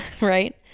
right